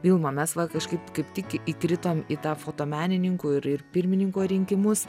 vilma mes va kažkaip kaip tik įkritom į tą fotomenininkų ir ir pirmininko rinkimus